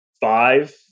five